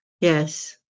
Yes